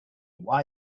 why